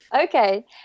okay